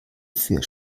für